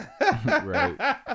Right